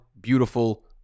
beautiful